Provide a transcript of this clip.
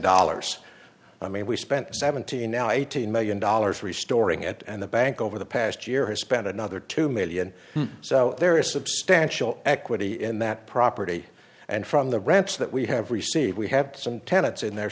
dollars i mean we spent seventeen now eighteen million dollars restoring it and the bank over the past year has spent another two million so there is substantial equity in that property and from the ranch that we have received we have some tenants in their